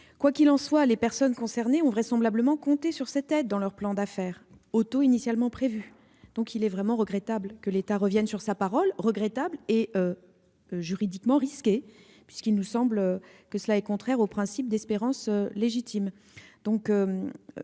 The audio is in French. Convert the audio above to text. Quoi qu'il en soit, les personnes concernées ont vraisemblablement compté sur cette aide dans leur plan d'affaires, aux taux initialement prévus. Il est donc vraiment regrettable que l'État revienne sur sa parole. C'est également juridiquement risqué, puisque c'est contraire, selon nous, au principe d'espérance légitime.